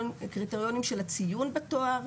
קריטריונים של הציון בתואר,